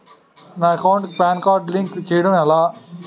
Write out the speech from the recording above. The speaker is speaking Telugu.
నా అకౌంట్ కు పాన్ కార్డ్ లింక్ చేయడం ఎలా?